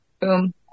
Boom